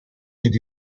did